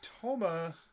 Toma